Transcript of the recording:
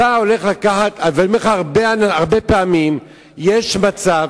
אני אומר לך שהרבה פעמים יש מצב,